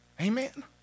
Amen